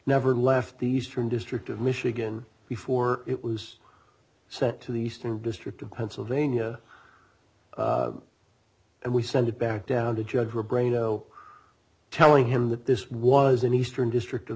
never left the eastern district of michigan before it was sent to the eastern district of pennsylvania and we sent it back down to judge her brain no telling him that this was an eastern district of